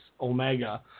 Omega